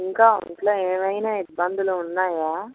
ఇంకా ఒంట్లో ఏమైన ఇబ్బందులు ఉన్నాయా